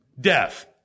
Death